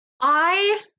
I-